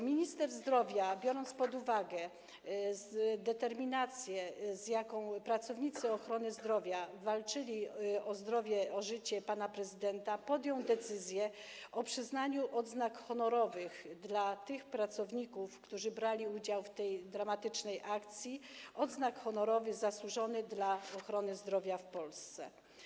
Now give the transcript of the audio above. Minister zdrowia, biorąc pod uwagę determinację, z jaką pracownicy ochrony zdrowia walczyli o zdrowie, o życie pana prezydenta, podjął decyzję o przyznaniu pracownikom, którzy brali udział w tej dramatycznej akcji, odznak honorowych: zasłużony dla ochrony zdrowia w Polsce.